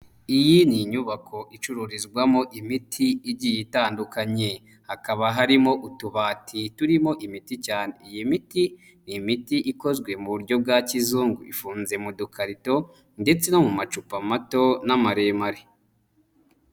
Iyi ni inyubako icururizwamo imiti igiye itandukanye. Hakaba harimo utubati turimo imiti cyane. Iyi miti ni imiti ikozwe mu buryo bwa kizung. Ifunze mu dukarito ndetse no mu macupa mato n'amaremare.